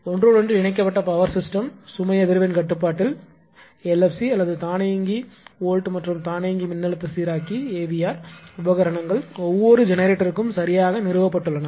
எனவே ஒன்றோடொன்று இணைக்கப்பட்ட பவர் சிஸ்டம் சுமை அதிர்வெண் கட்டுப்பாட்டில் அல்லது தானியங்கி வோல்ட் மற்றும் தானியங்கி மின்னழுத்த சீராக்கி உபகரணங்கள் ஒவ்வொரு ஜெனரேட்டருக்கும் யாக நிறுவப்பட்டுள்ளன